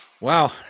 Wow